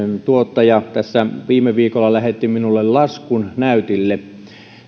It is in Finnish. tuottaja tässä viime viikolla lähetti minulle laskun näytille